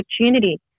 opportunity